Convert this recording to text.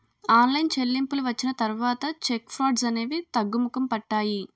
online చెల్లింపులు వచ్చిన తర్వాత చెక్ ఫ్రాడ్స్ అనేవి తగ్గుముఖం పట్టాయి